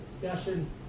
discussion